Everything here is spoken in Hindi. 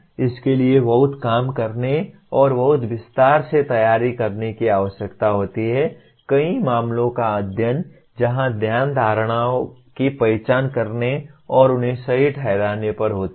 लेकिन इसके लिए बहुत काम करने और बहुत विस्तार से तैयारी करने की आवश्यकता होती है कई मामलों का अध्ययन जहां ध्यान धारणाओं की पहचान करने और उन्हें सही ठहराने पर होता है